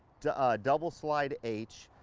double slide h.